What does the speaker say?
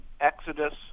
exodus